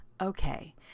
okay